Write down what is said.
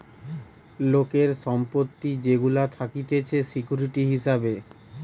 লোকের সম্পত্তি যেগুলা থাকতিছে সিকিউরিটি হিসাবে